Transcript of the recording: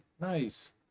Nice